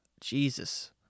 Jesus